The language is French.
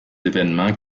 événements